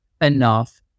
enough